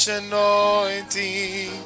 anointing